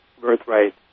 birthright